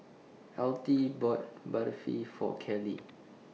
Altie bought Barfi For Carlee